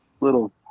little